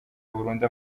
burundu